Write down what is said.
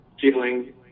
feeling